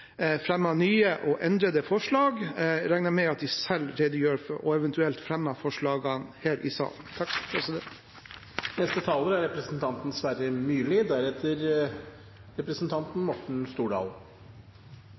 nye og endrede forslag. Jeg regner med at de selv redegjør for dette og eventuelt fremmer forslagene her i salen.